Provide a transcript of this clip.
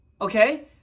Okay